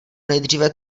nejdříve